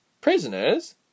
Prisoners